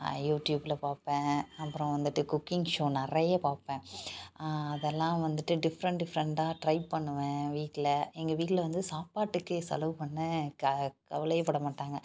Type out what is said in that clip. யூட்யூப்பில் பார்ப்பேன் அப்புறம் வந்துட்டு குக்கிங் ஷோ நிறைய பார்ப்பேன் அதெல்லாம் வந்துட்டு டிஃப்ரெண்ட் டிஃப்ரெண்ட்டாக ட்ரை பண்ணுவேன் வீட்டில் எங்கள் வீட்டில் வந்து சாப்பாட்டுக்கு செலவு பண்ண க கவலையே பட மாட்டாங்க